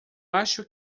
acho